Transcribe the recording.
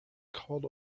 called